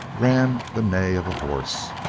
ran the neigh of a horse,